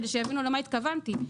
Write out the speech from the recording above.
כדי שיבינו למה התכוונתי,